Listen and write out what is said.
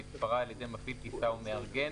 שתיפרע על ידי מפעיל טיסה ומארגן,